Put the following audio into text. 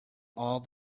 all